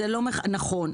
נכון.